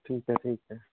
ਠੀਕ ਹੈ ਠੀਕ ਹੈ